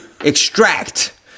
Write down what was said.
extract